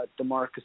DeMarcus